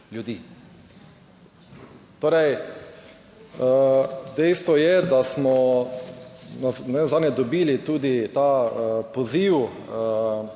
Torej dejstvo je, da smo nenazadnje dobili tudi ta poziv